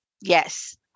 Yes